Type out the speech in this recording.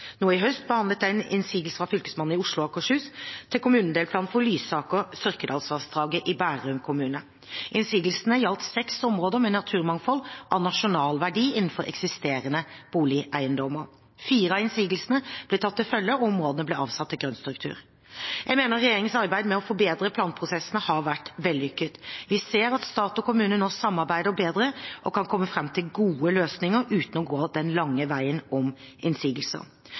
Nå i høst behandlet jeg en innsigelse fra Fylkesmannen i Oslo og Akershus til kommunedelplan for Lysaker- og Sørkedalsvassdraget i Bærum kommune. Innsigelsene gjaldt seks områder med naturmangfold av nasjonal verdi innenfor eksisterende boligeiendommer. Fire av innsigelsene ble tatt til følge, og områdene ble avsatt til grønnstruktur. Jeg mener regjeringens arbeid med å forbedre planprosessene har vært vellykket. Vi ser at stat og kommune nå samarbeider bedre og kan komme fram til gode løsninger uten å gå den lange veien om innsigelser.